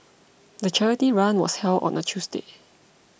the charity run was held on a Tuesday